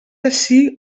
ací